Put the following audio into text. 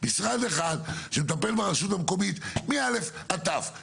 משרד אחד שמטפל ברשות המקומית מא' עד ת' חינוך,